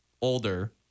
older